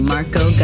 Marco